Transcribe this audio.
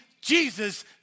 Jesus